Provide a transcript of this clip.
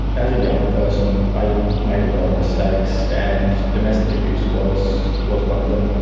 as a younger person i made a lot of mistakes and domestic abuse was was one of them.